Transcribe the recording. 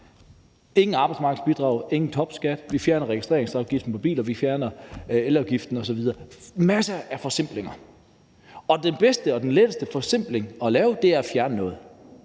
intet arbejdsmarkedsbidrag, ingen topskat, vi fjerner registreringsafgiften på biler, vi fjerner elafgiften osv. Der er masser af muligheder for forsimpling, og den bedste og letteste forsimpling at lave er at fjerne noget.